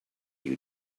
you